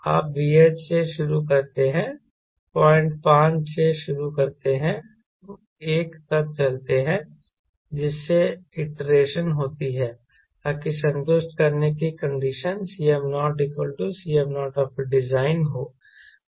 आप VH से शुरू करते हैं 05 से शुरू करते हैं 10 तक चलते हैं जिससे आईट्रेशन होती है ताकि संतुष्ट करने की कंडीशन Cm0 Cm0design हो